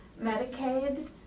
Medicaid